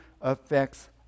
affects